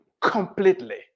completely